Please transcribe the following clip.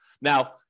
Now